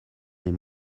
est